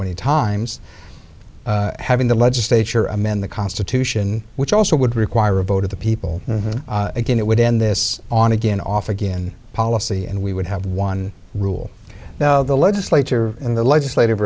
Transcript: many times having the legislature amend the constitution which also would require a vote of the people again it would end this on again off again policy and we would have one rule now the legislature and the legislative